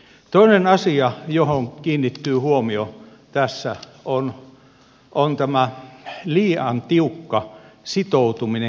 toinen asia johon kiinnittyy huomio tässä on tämä liian tiukka sitoutuminen kehykseen